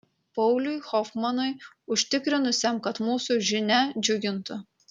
pauliui hofmanui užtikrinusiam kad mūsų žinia džiugintų